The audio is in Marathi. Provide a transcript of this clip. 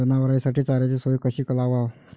जनावराइसाठी चाऱ्याची सोय कशी लावाव?